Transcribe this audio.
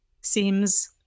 Seems